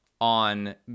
on